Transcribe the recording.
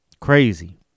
Crazy